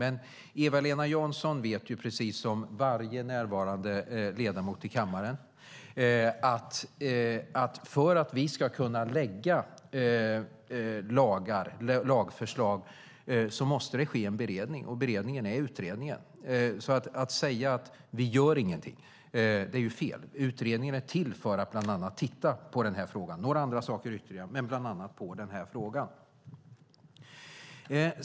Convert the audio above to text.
Men Eva-Lena Jansson vet precis som varje närvarande ledamot i kammaren att för att vi ska kunna lägga fram lagförslag måste det ske en beredning. Och beredningen är utredningar. Att säga att vi inte gör någonting är fel. Utredningen är till för att man ska titta på den här frågan, några andra saker ytterligare men bland annat på den här frågan.